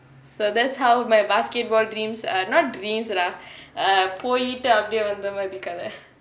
so that's how my basketball dreams err not dreams lah err போய்ட்டு அப்டியே வந்த மாரி கதே:poitu apdiye vantha maari kathae